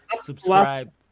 subscribe